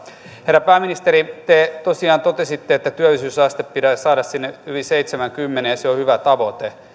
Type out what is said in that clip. herra pääministeri te tosiaan totesitte että työllisyysaste pitäisi saada sinne yli seitsemäänkymmeneen ja se on hyvä tavoite